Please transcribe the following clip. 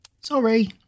Sorry